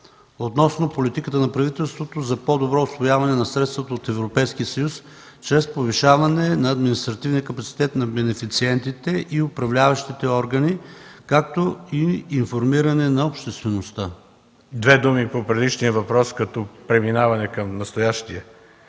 относно политиката на правителството за по-добро усвояване на средствата от Европейския съюз чрез повишаване на административния капацитет на бенефициентите и управляващите органи, както и информиране на обществеността. ГЕОРГИ БОЖИНОВ (КБ): Две думи по предишния въпрос като преминаване към настоящия.